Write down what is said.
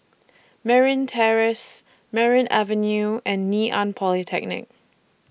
Merryn Terrace Merryn Avenue and Ngee Ann Polytechnic